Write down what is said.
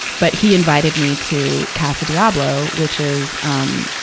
but he invited me to casa diablo, which is, um,